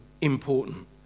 important